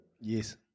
Yes